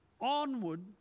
onward